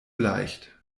leicht